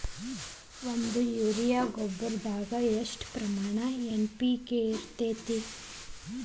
ಒಂದು ಯೂರಿಯಾ ಗೊಬ್ಬರದಾಗ್ ಎಷ್ಟ ಪ್ರಮಾಣ ಎನ್.ಪಿ.ಕೆ ಇರತೇತಿ?